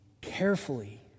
carefully